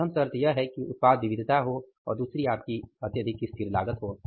प्रथम शर्त यह है कि उत्पाद विविधता है और दूसरी आपकी अत्यधिक स्थिर लागत है